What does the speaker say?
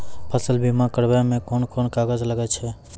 फसल बीमा कराबै मे कौन कोन कागज लागै छै?